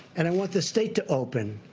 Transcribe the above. and i want the state to open,